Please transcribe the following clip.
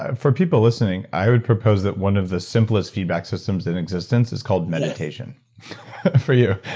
ah for people listening, i heard proposed that one of the simplest feedback systems in existence is called meditation for you,